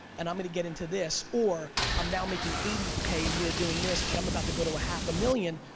and i'm gonna get into this, or i'm now making eighty k a year doing this, but i'm about to go to a half a million,